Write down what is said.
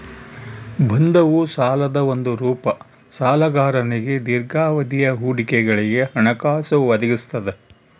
ಬಂಧವು ಸಾಲದ ಒಂದು ರೂಪ ಸಾಲಗಾರನಿಗೆ ದೀರ್ಘಾವಧಿಯ ಹೂಡಿಕೆಗಳಿಗೆ ಹಣಕಾಸು ಒದಗಿಸ್ತದ